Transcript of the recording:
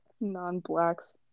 Non-blacks